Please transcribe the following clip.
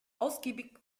ausgiebig